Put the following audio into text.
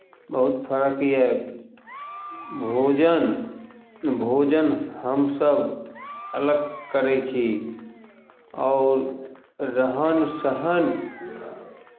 बहुत फरक यए भोजन भोजन हमसभ अलग करै छी आओर रहन सहन